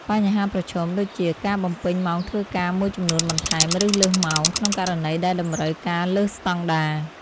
បញ្ហាប្រឈមដូចជា ការបំពេញម៉ោងធ្វើការមួយចំនួនបន្ថែម ឬលើសម៉ោង ក្នុងករណីដែលតម្រូវការលើសស្តង់ដារ។